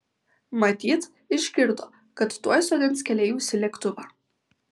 matyt išgirdo kad tuoj sodins keleivius į lėktuvą